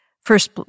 First